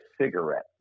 cigarette